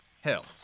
Hell